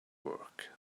work